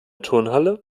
turnhalle